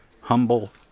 Humble